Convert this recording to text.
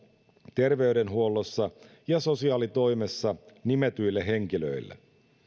terveydenhuollossa ja sosiaalitoimessa nimetyille henkilöille